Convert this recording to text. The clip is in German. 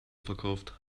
verkauft